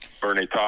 Bernie